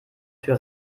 tür